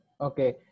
Okay